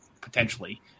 potentially